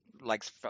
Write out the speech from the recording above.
likes